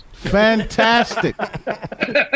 fantastic